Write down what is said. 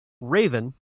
Raven